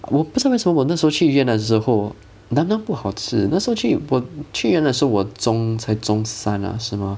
我不知道为什么我那时候去越南的时候 nam nam 不好吃那时候去我去越南的时候我中才中三啊是吗